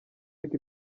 ariko